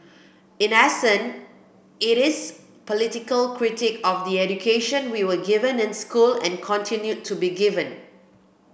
in essence it is political critique of the education we were given in school and continue to be given